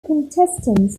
contestants